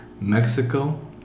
mexico